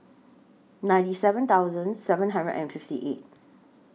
ninety seven thousand seven hundred and fifty eight